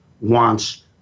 Wants